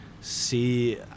see